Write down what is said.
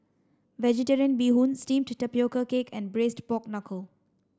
vegetarian bee hoon steamed tapioca cake and braised pork knuckle